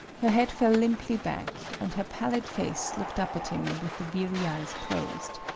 her head fell limply back, and her pallid face looked up at him with the weary eyes closed.